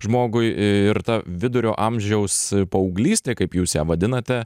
žmogui ir ta vidurio amžiaus paauglystė kaip jūs ją vadinate